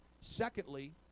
secondly